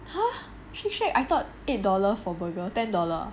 !huh! Shake Shack I thought eight dollar for burger ten dollar ah